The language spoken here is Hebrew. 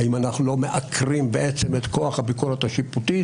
האם אנחנו לא מעקרים את כוח הביקורת השיפוטית?